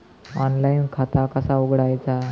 Online खाता कसा उघडायचा?